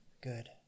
Good